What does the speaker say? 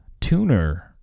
tuner